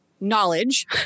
knowledge